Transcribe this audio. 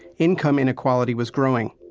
income inequality was growing,